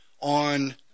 on